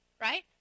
right